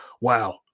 wow